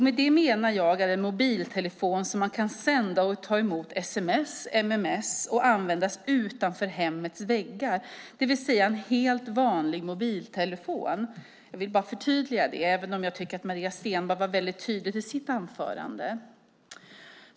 Med det menar jag en mobiltelefon som man kan använda för att sända och ta emot sms och mms utanför hemmets väggar, det vill säga en helt vanlig mobiltelefon. Jag vill bara förtydliga det, även om jag tycker att Maria Stenberg var väldigt tydlig med det i sitt anförande.